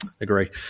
agree